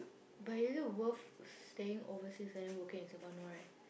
but is it worth staying overseas and then working in Singapore no right